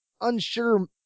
unsure